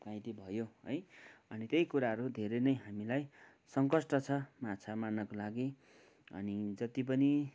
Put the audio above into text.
घाइते भयो है अनि त्यही कुराहरू धेरै नै हामीलाई सङ्कष्ट छ माछा मार्नका लागि अनि जति पनि